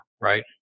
right